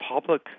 public